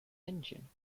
engine